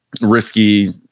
risky